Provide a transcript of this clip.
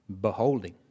beholding